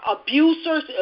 abusers